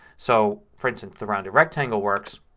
so, for instance, the rounded rectangle works.